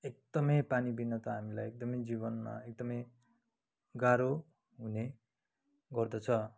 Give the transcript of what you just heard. एकदमै पानी बिना त हामीलाई एकदमै जीवनमा एकदमै गाह्रो हुने गर्दछ